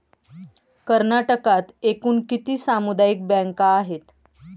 कर्नाटकात एकूण किती सामुदायिक बँका आहेत?